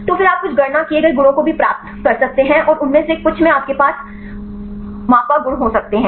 तो फिर आप कुछ गणना किए गए गुणों को भी प्राप्त कर सकते हैं और उनमें से कुछ में आपके पास मापा गुण हो सकते हैं